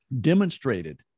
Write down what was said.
demonstrated